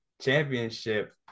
championship